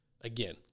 again